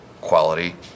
quality